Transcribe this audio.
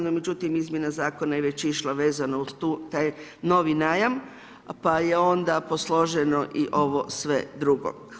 No, međutim, izmjena zakona je već išla vezanu uz tu, taj novi najam, pa je onda posloženo i ovo sve drugo.